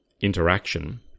interaction